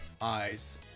eyes